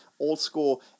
old-school